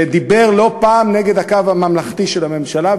ודיבר לא פעם נגד הקו הממלכתי של הממשלה,